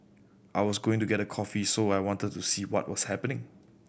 I was going to get a coffee so I wanted to see what was happening